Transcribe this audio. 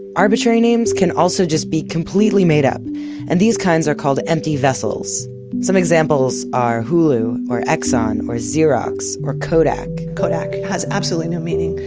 arbitrary names can also just be completely made up and these kinds are called the empty vessels some examples are hulu, or exxon, or xerox. or kodak kodak has absolutely no meaning.